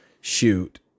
shoot